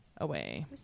away